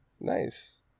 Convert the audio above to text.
Nice